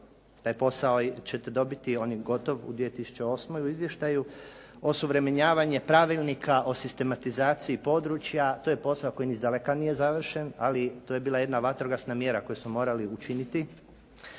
Taj posao ćete dobiti. On je gotov u 2008. u izvještaju. Osuvremenjavanje Pravilnika o sistematizaciji područja. To je posao koji ni iz daleka nije završen, ali to je bila jedna vatrogasna mjera koju smo morali učiniti